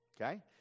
Okay